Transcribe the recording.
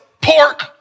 pork